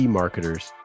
marketers